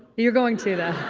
you're going to though.